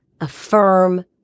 affirm